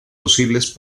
posibles